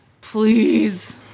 please